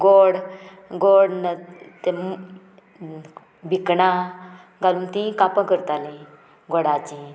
गोड गोड भिकणां घालून तीं कापां करतालीं गोडाचीं